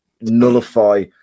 nullify